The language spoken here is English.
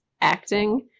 acting